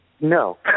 no